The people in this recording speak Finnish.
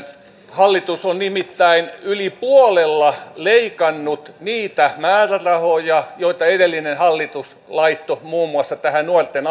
hallitus on nimittäin yli puolella leikannut niitä määrärahoja joita edellinen hallitus laittoi muun muassa tähän nuorten